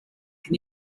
can